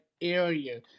area